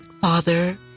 Father